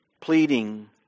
pleading